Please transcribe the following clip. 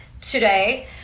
today